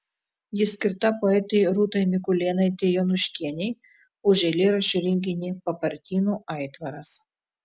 ji skirta poetei rūtai mikulėnaitei jonuškienei už eilėraščių rinkinį papartynų aitvaras